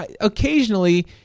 occasionally